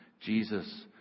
Jesus